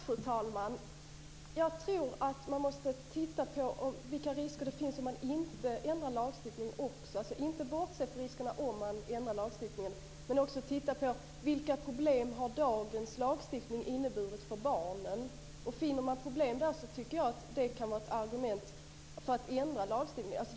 Fru talman! Jag tror att man måste titta på vilka risker det finns om lagstiftningen inte ändras. Man ska alltså inte bortse från riskerna med en ändrad lagstiftningen, men man ska också titta på vilka problem dagens lagstiftning har inneburit för barnen. Om man finner att det har varit problem tycker jag att det kan vara ett argument för att ändra lagstiftningen.